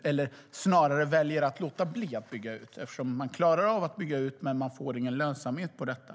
Man kan säga att det snarare är områden där marknaden väljer att låta bli att bygga ut, eftersom man klarar av att bygga ut men att man inte får någon lönsamhet i detta.